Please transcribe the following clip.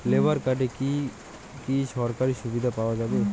Labour কার্ডে কি কি সরকারি সুবিধা পাওয়া যাবে?